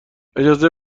اجازه